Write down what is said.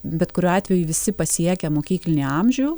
bet kuriuo atveju visi pasiekę mokyklinį amžių